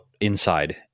inside